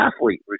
athlete